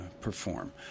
perform